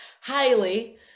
highly